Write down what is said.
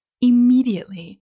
immediately